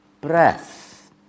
breath